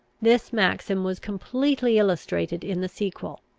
this maxim was completely illustrated in the sequel.